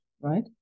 right